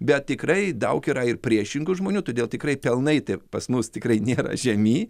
bet tikrai daug yra ir priešingų žmonių todėl tikrai pelnai tai pas mus tikrai nėra žemi